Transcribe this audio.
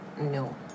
no